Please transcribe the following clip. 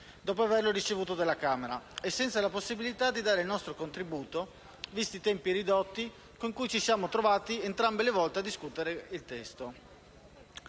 dopo averlo ricevuto dalla Camera, e senza la possibilità di dare il proprio contributo, visti i tempi ridotti con cui ci siamo trovati entrambe le volte a discutere il testo.